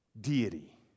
deity